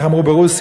איך אמרו ברוסיה?